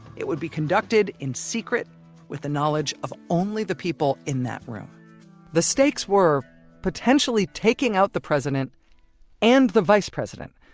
it would be conducted in-secret with the knowledge of only the people in that room the stakes were potentially taking out the president and the vice president,